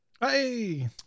Hey